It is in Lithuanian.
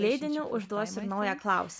leidinį užduosiu naują klausimą